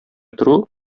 тору